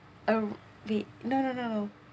um no no no